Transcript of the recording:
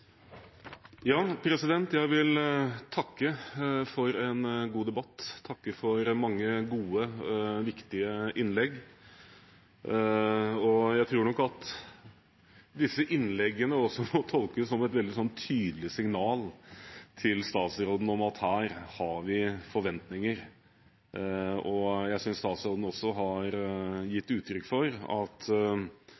Jeg vil takke for en god debatt, takke for mange gode, viktige innlegg. Jeg tror nok at disse innleggene også må tolkes som et veldig tydelig signal til statsråden om at her har vi forventninger. Jeg synes statsråden også har